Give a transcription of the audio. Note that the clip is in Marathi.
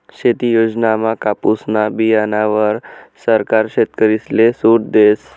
शेती योजनामा कापुसना बीयाणावर सरकार शेतकरीसले सूट देस